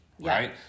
right